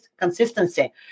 consistency